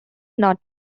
not